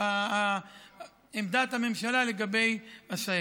או עמדת הממשלה לגבי עשהאל.